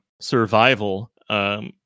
survival